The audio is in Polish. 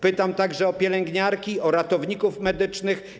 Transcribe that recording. Pytam także o pielęgniarki, o ratowników medycznych.